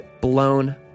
blown